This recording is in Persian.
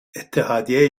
اتحادیه